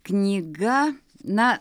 knyga na